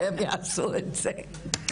שהם יעשו את זה?